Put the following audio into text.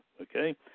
okay